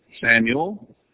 Samuel